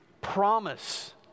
promise